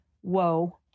whoa